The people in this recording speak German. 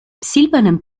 silbernen